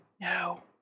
No